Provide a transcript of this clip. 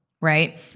right